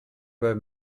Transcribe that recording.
were